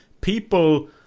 people